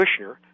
Kushner